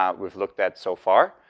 um we've looked at so far,